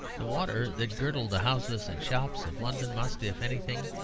the water that girdled the houses and shops of london must, if anything,